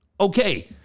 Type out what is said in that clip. Okay